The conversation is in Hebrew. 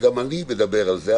וגם אני מדבר על זה,